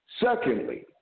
Secondly